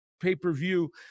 pay-per-view